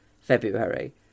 February